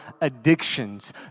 addictions